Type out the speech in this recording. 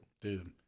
dude